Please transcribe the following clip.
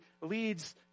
leads